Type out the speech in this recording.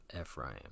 Ephraim